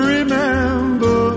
Remember